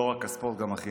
לא רק הספורט, גם החינוך,